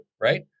right